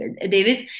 Davis